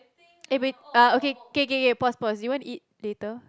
eh wait uh okay K K K pause pause you want to eat later